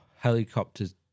Helicopters